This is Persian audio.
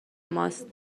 ماست